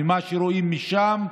ומה שרואים משם,